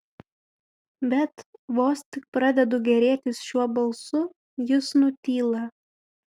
bet vos tik pradedu gėrėtis šiuo balsu jis nutyla